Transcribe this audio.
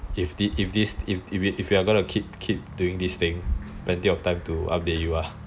if we're gonna keep doing this thing plenty of time to update you ah